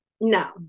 No